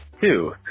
Two